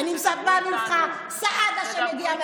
אני מצפה ממך, אמסלם,